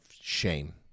shame